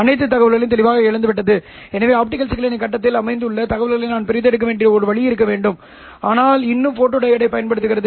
மற்றும் ωs ωLO இல் ஊசலாடும் இந்த உயர் அதிர்வெண் சமிக்ஞையை அகற்ற முடியும்